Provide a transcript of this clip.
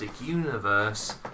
Universe